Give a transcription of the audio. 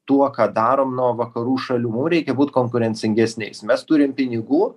tuo ką darom nuo vakarų šalių mum reikia būt konkurencingesniais mes turim pinigų